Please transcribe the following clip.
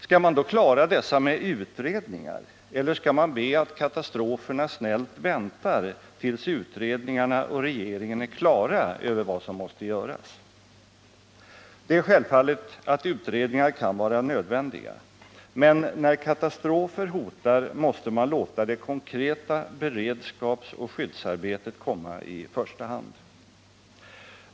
Skall man då klara dessa med utredningar, eller skall man be att katastroferna snällt väntar tills utredningarna och regeringen är klara över vad som måste göras? Det är självklart att utredningar kan vara nödvändiga, men när katastrofer hotar måste man låta det konkreta beredskapsoch skyddsarbetet komma i första hand.